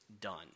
done